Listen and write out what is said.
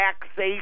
taxation